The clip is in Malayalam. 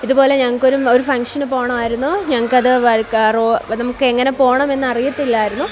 ഇതുപോലെ ഞങ്ങൾക്ക് ഒരു ഫംഗ്ഷന് പോകണമായിരുന്നു ഞങ്ങൾക്ക് അത് നമുക്ക് അങ്ങനെ പോകണമെന്ന് അറിയത്തില്ലായിരുന്നു